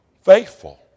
faithful